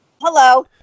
Hello